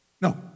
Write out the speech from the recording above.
No